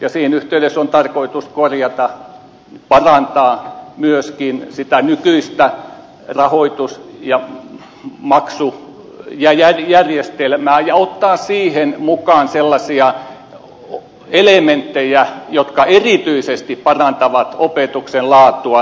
siinä yhteydessä on tarkoitus korjata parantaa myöskin sitä nykyistä rahoitus ja maksujärjestelmää ja ottaa siihen mukaan sellaisia elementtejä jotka erityisesti parantavat opetuksen laatua